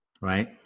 right